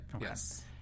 yes